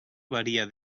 varia